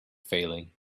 failing